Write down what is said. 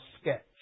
sketch